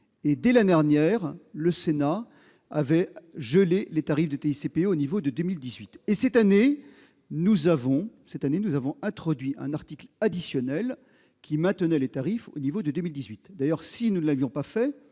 Dès l'année dernière, le Sénat avait gelé les tarifs de TICPE au niveau de 2017. Cette année, nous avons introduit un article additionnel visant à maintenir les tarifs au niveau de 2018. D'ailleurs, le Gouvernement devrait